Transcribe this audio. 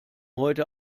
heute